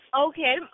Okay